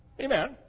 Amen